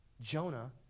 Jonah